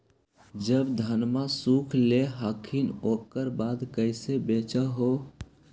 जब धनमा सुख ले हखिन उकर बाद कैसे बेच हो?